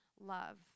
love